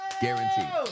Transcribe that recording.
Guaranteed